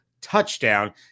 touchdown